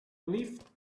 leafed